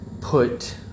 put